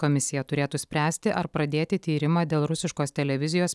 komisija turėtų spręsti ar pradėti tyrimą dėl rusiškos televizijos